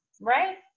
Right